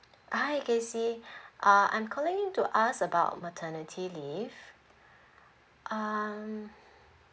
hi kaycy uh I'm calling to ask about maternity leave um